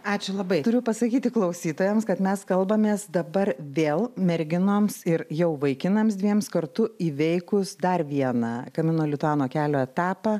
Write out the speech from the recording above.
ačiū labai turiu pasakyti klausytojams kad mes kalbamės dabar vėl merginoms ir jau vaikinams dviems kartu įveikus dar vieną kamino lituano kelio etapą